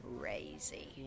crazy